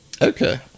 Okay